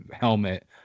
helmet